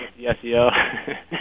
SEO